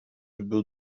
był